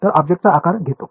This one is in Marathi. तर ऑब्जेक्टचा आकार घेतो